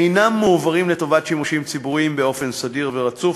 אינם מועברים לטובת שימושים ציבוריים באופן סדיר ורצוף,